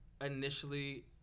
initially